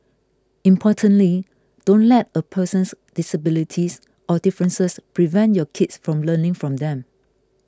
importantly don't let a person's disabilities or differences prevent your kids from learning from them